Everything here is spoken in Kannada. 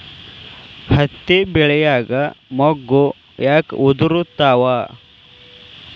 ಹತ್ತಿ ಬೆಳಿಯಾಗ ಮೊಗ್ಗು ಯಾಕ್ ಉದುರುತಾವ್?